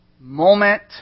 moment